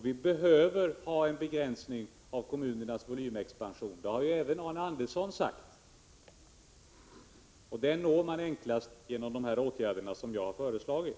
Vi behöver ha en begränsning av kommunernas volymexpansion. Det har ju även Arne Andersson sagt. Den når man enklast genom de åtgärder som jag har föreslagit.